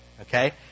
okay